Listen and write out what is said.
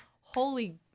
Holy